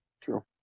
true